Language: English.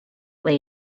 lay